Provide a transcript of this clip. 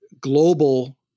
global